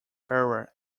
ferrer